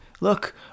Look